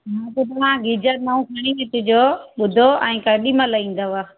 हा त पोइ हाणे गीजर नओ खणी अचिजो ॿुधो ऐं केॾी महिल ईंदव